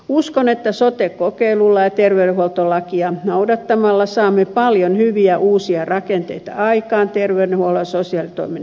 uskon että sote kokeilulla ja terveydenhuoltolakia noudattamalla saamme paljon hyviä uusia rakenteita aikaan terveydenhuollon ja sosiaalitoimen integraation alueella